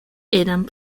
eran